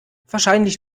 wahrscheinlich